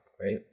right